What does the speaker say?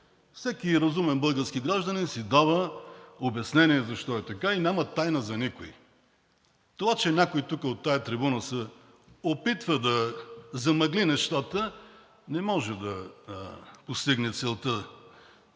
Всеки разумен български гражданин си дава обяснение защо е така и за никой не е тайна това, че някой тук от тази трибуна се опитва да замъгли нещата – не може да постигне целта